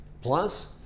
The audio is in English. Plus